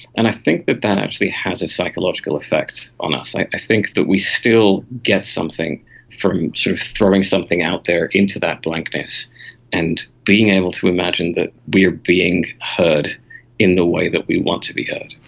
and i think that that actually has a psychological effect on us. i think that we still get something from sort of throwing something out there into that blankness and being able to imagine that we are being heard in the way that we want to be heard.